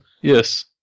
Yes